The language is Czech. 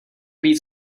být